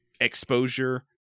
exposure